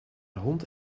hond